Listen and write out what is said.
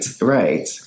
Right